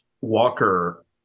Walker